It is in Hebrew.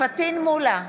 פטין מולא,